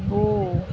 అబ్బో